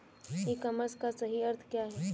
ई commerce का सही अर्थ क्या है?